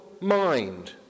mind